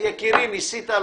יקירי, ניסית.